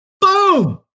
Boom